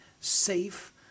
safe